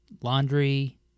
laundry